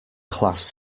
class